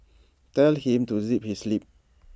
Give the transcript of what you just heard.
tell him to zip his lip